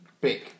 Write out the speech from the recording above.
big